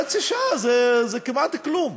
חצי שעה זה כמעט כלום.